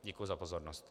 Děkuji za pozornost.